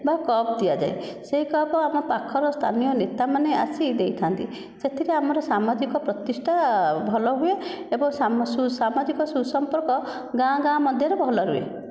ବା କପ୍ ଦିଆଯାଏ ସେହି କପ୍ ଆମ ପାଖର ସ୍ଥାନୀୟ ନେତାମାନେ ଆସି ଦେଇଥାଆନ୍ତି ସେଥିରେ ଆମର ସାମାଜିକ ପ୍ରତିଷ୍ଠା ଭଲ ହୁଏ ଏବଂ ସାମାଜିକ ସୁସମ୍ପର୍କ ଗାଆଁ ଗାଆଁ ମଧ୍ୟରେ ଭଲ ରୁହେ